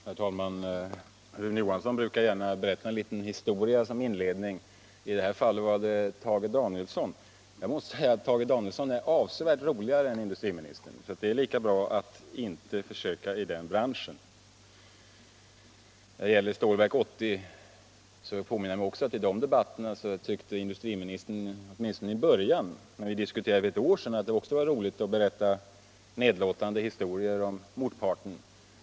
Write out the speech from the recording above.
Herr talman! Rune Johansson berättar gärna en liten historia som inledning. I det här fallet var det Tage Danielsson. Jag måste säga att Tage Danielsson är avsevärt roligare än industriministern. Så det är lika bra att inte försöka i den branschen. Jag påminner mig att industriministern också i debatten om Stålverk 80 för ett år sedan tyckte det var roligt att berätta nedlåtande historier om motparten.